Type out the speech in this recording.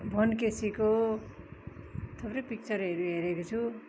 भुवन केसीको थुप्रै पिक्चरहरू हेरेको छु